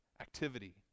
activity